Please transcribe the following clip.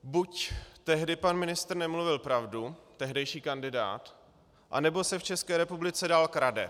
Buď tehdy pan ministr nemluvil pravdu, tehdejší kandidát, nebo se v České republice dál krade.